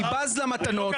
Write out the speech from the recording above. אני בז למתנות.